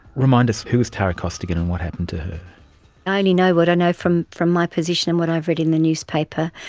remind us, who was tara costigan and what happened to her? i only know what i know from from my position and what i've read in the newspaper,